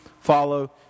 follow